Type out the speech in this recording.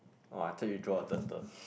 oh I thought you draw a turtle